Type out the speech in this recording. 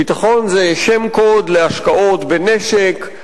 ביטחון זה שם קוד להשקעות בנשק,